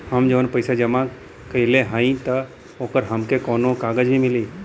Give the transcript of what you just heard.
हम जवन पैसा जमा कइले हई त ओकर हमके कौनो कागज भी मिली?